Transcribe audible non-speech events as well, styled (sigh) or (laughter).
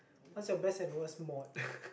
what's your best and worst mode (noise)